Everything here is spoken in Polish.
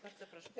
Bardzo proszę.